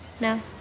No